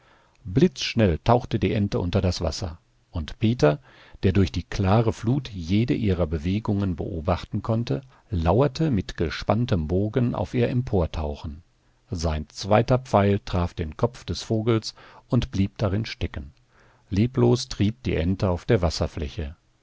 blitzschnell tauchte die ente unter das wasser und peter der durch die klare flut jede ihrer bewegungen beobachten konnte lauerte mit gespanntem bogen auf ihr emportauchen sein zweiter pfeil traf den kopf des vogels und blieb darin stecken leblos trieb die ente auf der wasserfläche